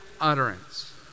utterance